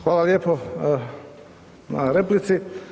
Hvala lijepo na replici.